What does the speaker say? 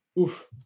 oof